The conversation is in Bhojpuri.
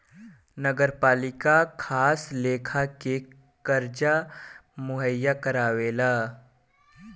नगरपालिका खास लेखा के कर्जा मुहैया करावेला